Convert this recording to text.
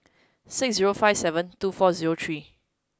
six zero five seven two four zero three